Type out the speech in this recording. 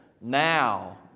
Now